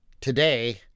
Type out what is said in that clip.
Today